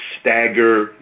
stagger